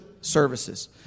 services